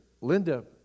Linda